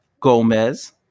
Gomez